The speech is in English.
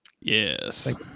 yes